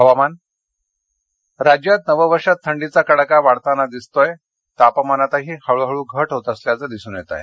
हवामान राज्यात नववर्षात थंडीचा कडाका वाढत असून तापमानातही हळूहळू घट होत असल्याचं दिसून येत आहे